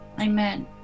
amen